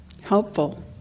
helpful